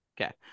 Okay